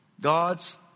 God's